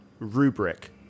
Rubric